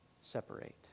separate